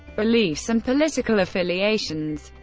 beliefs and political affiliations